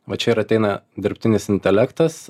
va čia ir ateina dirbtinis intelektas